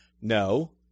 no